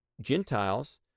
Gentiles